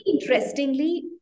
interestingly